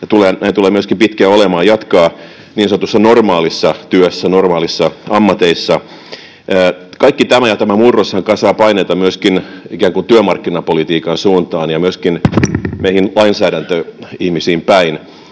näin tulee myöskin pitkään olemaan — jatkaa niin sanotussa normaalissa työssä, normaaleissa ammateissa. Kaikki tämä ja tämä murroshan kasaa paineita myöskin ikään kuin työmarkkinapolitiikan suuntaan ja myöskin meihin lainsäädäntöihmisiin päin.